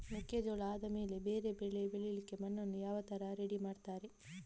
ಮೆಕ್ಕೆಜೋಳ ಆದಮೇಲೆ ಬೇರೆ ಬೆಳೆ ಬೆಳಿಲಿಕ್ಕೆ ಮಣ್ಣನ್ನು ಯಾವ ತರ ರೆಡಿ ಮಾಡ್ತಾರೆ?